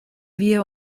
wir